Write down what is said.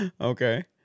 Okay